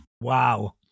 Wow